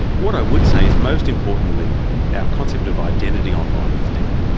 what i would say is most importantly our concept of identity online is dead.